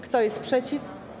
Kto jest przeciw?